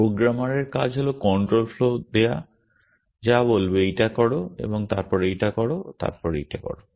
প্রোগ্রামারের কাজ হল control flow দেওয়া যা বলবে এইটা করো তারপর এইটা করো তারপর এইটা করো